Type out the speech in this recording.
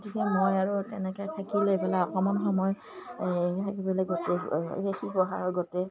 গতিকে মই আৰু তেনেকৈ থাকিল লৈ পেলাই অকমান সময় এই থাকি পেলাই গোটেই